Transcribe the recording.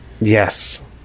yes